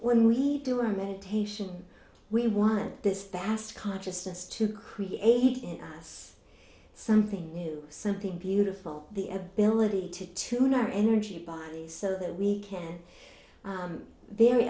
when we do our meditation we want this vast consciousness to create in us something something beautiful the ability to to not energy bodies so that we can very